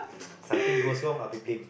something goes wrong I'll be blamed